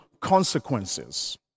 consequences